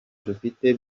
dufite